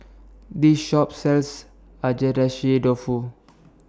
This Shop sells Agedashi Dofu